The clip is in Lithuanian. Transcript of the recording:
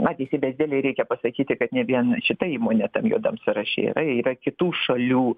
na teisybės dėlei reikia pasakyti kad ne vien šita įmonė tam juodam saraše yra yra kitų šalių